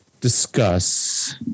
discuss